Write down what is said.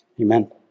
Amen